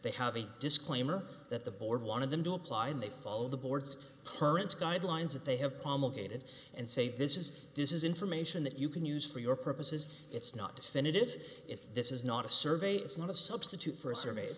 they have a disclaimer that the board wanted them to apply and they follow the board's current guidelines that they have promulgated and say this is this is information that you can use for your purposes it's not definitive it's this is not a survey it's not a substitute for a survey